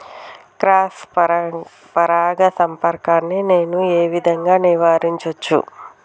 Cross పరాగ సంపర్కాన్ని నేను ఏ విధంగా నివారించచ్చు?